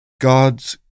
God's